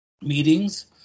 meetings